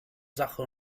sache